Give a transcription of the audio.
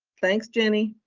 thanks, jenny.